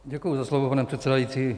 Děkuji za slovo, pane předsedající.